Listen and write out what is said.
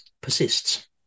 persists